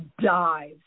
dive